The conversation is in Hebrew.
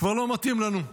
כבר לא מתאים לנו.